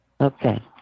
Okay